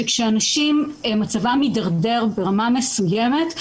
שכאשר מצבם של אנשים מידרדר ברמה מסוימת,